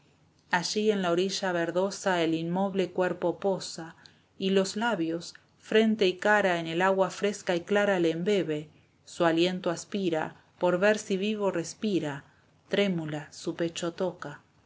allí en la orilla verdosa el inmoble cuerpo posa y los labios frente y cara en el agua fresca y clara le embebe su aliento aspira por ver si vivo respira trémula su pecho toca